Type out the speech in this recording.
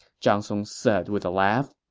zhang song said with a laugh.